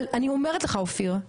אבל אני אומרת לך אופיר,